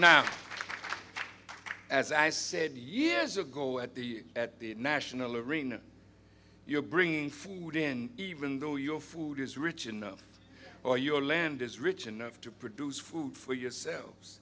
now as i said years ago at the at the national arena you're bringing food in even though your food is rich in no or your land is rich enough to produce food for yourselves